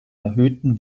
erhöhten